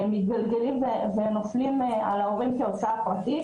הם מתגלגלים ונופלים על ההורים כהוצאה פרטית.